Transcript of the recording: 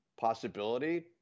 Possibility